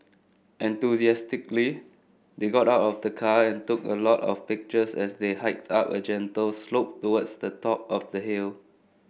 enthusiastically they got out of the car and took a lot of pictures as they hiked up a gentle slope towards the top of the hill